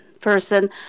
person